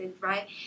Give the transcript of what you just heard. right